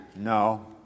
no